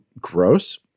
gross